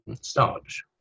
starch